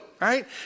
right